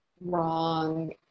wrong